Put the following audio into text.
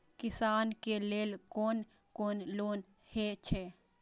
किसान के लेल कोन कोन लोन हे छे?